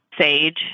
sage